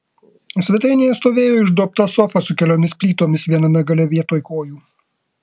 svetainėje stovėjo išduobta sofa su keliomis plytomis viename gale vietoj kojų